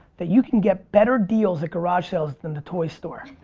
that you can get better deals at garage sales than the toy store.